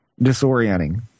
disorienting